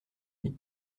lui